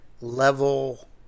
level